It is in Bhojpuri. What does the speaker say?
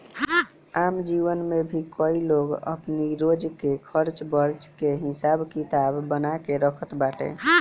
आम जीवन में भी कई लोग अपनी रोज के खर्च वर्च के हिसाब किताब बना के रखत बाटे